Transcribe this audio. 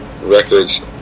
records